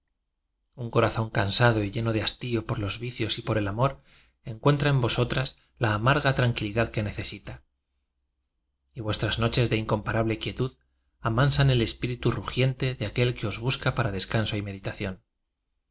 un corazón cansado y lleno de hastío por los vicios y poi el amor encuentra en vosotras la ainarj a ti anquilidad que necesita y vuestras noc es de incomparable quietud amansan el espíritu rugiente de aquel que os busca para descanso y meditación